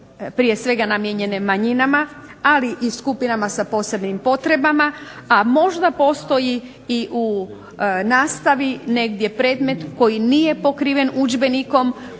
prije svega namijenjeni manjinama, ali i skupinama sa posebnim potrebama, a možda postoji i u nastavi negdje predmet koji nije pokriven udžbenikom,